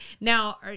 Now